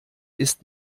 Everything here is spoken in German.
ist